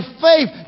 faith